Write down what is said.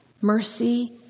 mercy